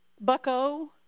bucko